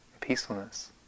peacefulness